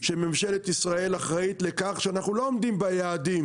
שממשלת ישראל אחראית לכך שאנחנו לא עומדים ביעדים